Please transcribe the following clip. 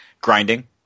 grinding